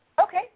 Okay